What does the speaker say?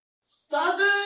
Southern